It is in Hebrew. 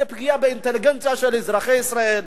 זו פגיעה באינטליגנציה של אזרחי ישראל.